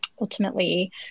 ultimately